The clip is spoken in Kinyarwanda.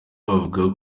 bavuga